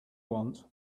want